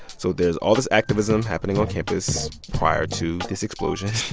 so there's all this activism happening on campus prior to this explosion